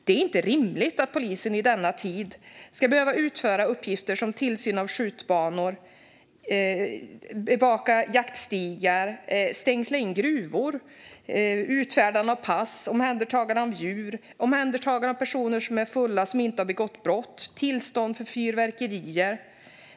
Det är inte rimligt att polisen i denna tid ska behöva utföra uppgifter som att utöva tillsyn av skjutbanor, bevaka jaktstigar, stängsla in gruvor, utfärda pass, omhänderta djur, omhänderta personer som är fulla men inte har begått brott eller utfärda tillstånd för fyrverkerier.